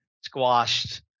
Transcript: squashed